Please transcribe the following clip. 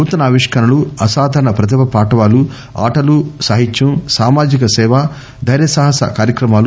నూతన ఆవిష్కరణలు అసాధారణ ప్రతిభా పాటవాలు ఆటలు సాహిత్యం సామాజిక సేవ దైర్య సాహస కార్యక్రమాలు